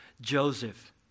Joseph